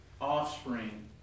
offspring